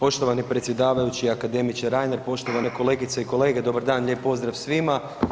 Poštovani predsjedavajući akademiče Reiner, poštovane kolegice i kolege, dobar dan, lijep pozdrav svima.